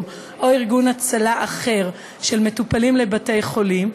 או ארגון הצלה אחר של מטופלים לבתי-חולים,